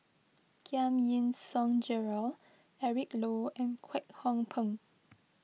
Giam Yean Song Gerald Eric Low and Kwek Hong Png